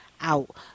out